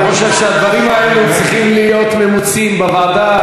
אני חושב שהדברים האלה צריכים להיות ממוצים בוועדה,